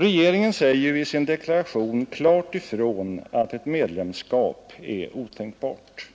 Regeringen säger ju i sin deklaration klart ifrån att ett medlemskap är otänkbart.